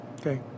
Okay